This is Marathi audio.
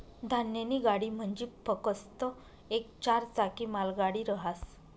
धान्यनी गाडी म्हंजी फकस्त येक चार चाकी मालगाडी रहास